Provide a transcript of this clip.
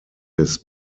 des